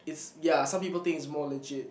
ya some people think it's more legit